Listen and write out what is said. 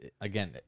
again